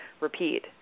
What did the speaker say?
repeat